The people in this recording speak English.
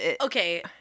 okay